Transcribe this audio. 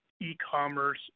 e-commerce